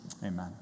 Amen